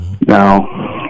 now